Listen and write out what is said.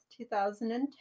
2010